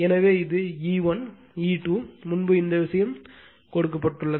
எனவே இது E1 E2 முன்பு இந்த விஷயம் கொடுக்கப்பட்டுள்ளது